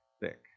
thick